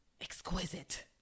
exquisite